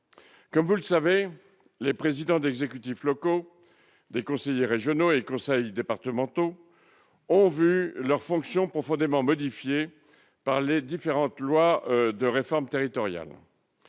chers collègues, les présidents d'exécutifs locaux, les conseillers régionaux et conseillers départementaux ont vu leurs fonctions profondément modifiées par les différentes lois de réforme territoriale.